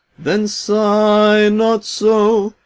then sigh not so,